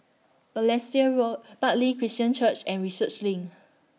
Balestier Road Bartley Christian Church and Research LINK